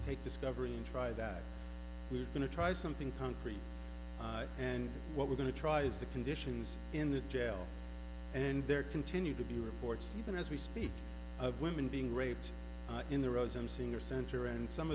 take discovery and try that we're going to try something concrete and what we're going to try is the conditions in the jail and there continue to be reports even as we speak of women being raped in the rose i'm seeing your center and some